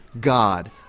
God